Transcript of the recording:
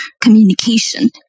communication